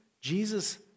Jesus